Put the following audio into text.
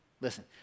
listen